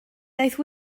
daeth